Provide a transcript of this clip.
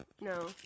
No